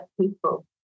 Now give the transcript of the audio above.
people